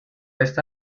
esta